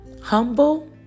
Humble